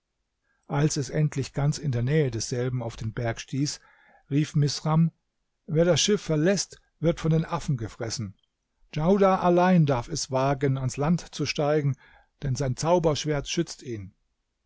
als es endlich ganz in der nähe desselben auf den berg stieß rief misram wer das schiff verläßt wird von den affen gefressen djaudar allein darf es wagen ans land zu steigen denn sein zauberschwert schützt ihn